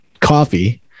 coffee